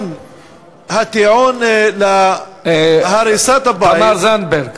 הטיעון להריסת הבית, תמר זנדברג,